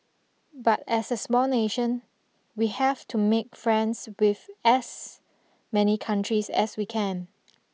but as a small nation we have to make friends with as many countries as we can